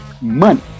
money